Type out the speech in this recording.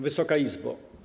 Wysoka Izbo!